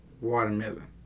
watermelon